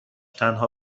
تنها